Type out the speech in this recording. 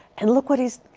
and look what he's,